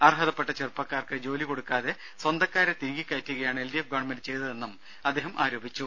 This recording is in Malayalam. അർഹതപ്പെട്ട ചെറുപ്പക്കാർക്ക് ജോലി കൊടുക്കാതെ സ്വന്തക്കാരെ തിരികികയറ്റുകയാണ് എൽഡിഎഫ് ഗവൺമെന്റ് ചെയ്തതെന്നും അദ്ദേഹം ആരോപിച്ചു